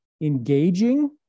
engaging